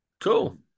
cool